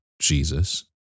Jesus